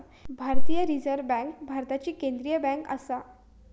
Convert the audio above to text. भारतीय reserve bank भारताची केंद्रीय बँक आसा